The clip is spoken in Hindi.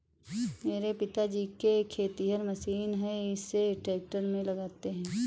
मेरे पिताजी के पास खेतिहर मशीन है इसे ट्रैक्टर में लगाते है